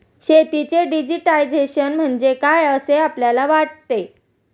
शेतीचे डिजिटायझेशन म्हणजे काय असे आपल्याला वाटते?